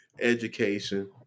education